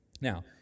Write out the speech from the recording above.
Now